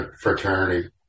fraternity